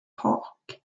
park